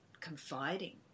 confiding